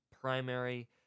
primary